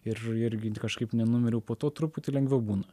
ir irgi kažkaip nenumiriau po to truputį lengviau būna